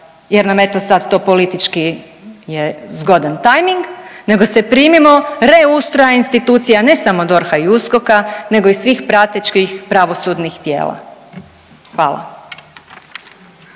jer nam eto sad to politički je zgodan timing, nego se primimo reustroja institucija ne samo DORH-a i USKOK-a nego i svih pratećih pravosudnih tijela. Hvala.